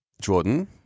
jordan